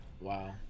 Wow